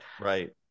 right